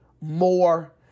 more